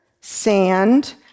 sand